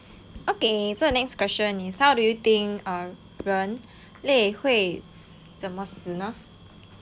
okay so next question is how do you think err 人类会怎么死呢